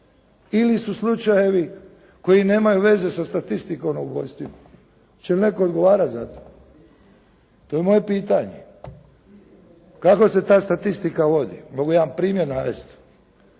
ili su slučajevi koji nemaju veze sa statistikom o ubojstvima. Hoće li netko odgovarati za to? To je moje pitanje. Kako se ta statistika vodi, mogu jedan primjer navesti.